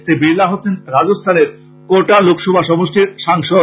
শ্রী বিরলা হচ্ছেন রাজস্থানের কোটা লোকসভা সমষ্টির সাংসদ